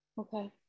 Okay